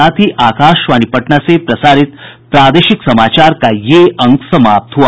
इसके साथ ही आकाशवाणी पटना से प्रसारित प्रादेशिक समाचार का ये अंक समाप्त हुआ